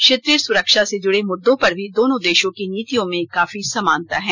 क्षेत्रीय सुरक्षा से जुडे मुददों पर भी दोनों देशों की नीतियों में काफी समानता हैं